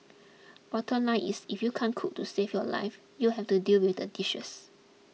bottom line is if you can't cook to save your life you'll have to deal with the dishes